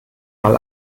mal